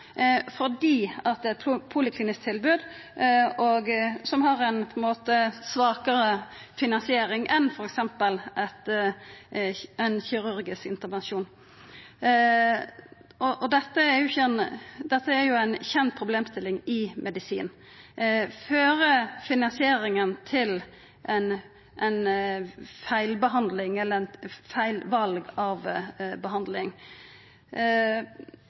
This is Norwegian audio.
det er eit poliklinisk tilbod, som har ei svakare finansiering enn f.eks. ein kirurgisk intervensjon. Og dette er jo ei kjend problemstilling innan medisin: Fører finansieringa til feil val av behandling? Det synest eg det er all grunn til å sjå på. Vi veit at når ein